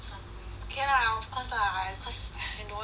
okay lah of course lah I cause I don't wan~ don't really like